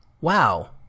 wow